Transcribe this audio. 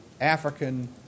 African